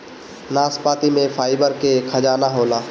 नाशपाती में फाइबर के खजाना होला